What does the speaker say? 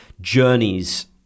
journeys